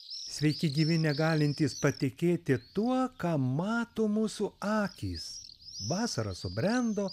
sveiki gyvi negalintys patikėti tuo ką mato mūsų akys vasara subrendo